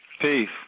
Peace